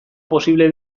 posible